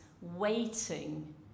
waiting